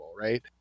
Right